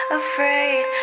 afraid